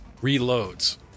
reloads